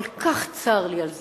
כל כך צר לי על זה.